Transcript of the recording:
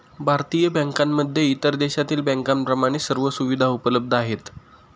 भारतीय बँकांमध्ये इतर देशातील बँकांप्रमाणे सर्व सुविधा उपलब्ध आहेत